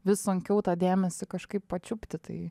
vis sunkiau tą dėmesį kažkaip pačiupti tai